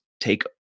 take